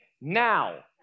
now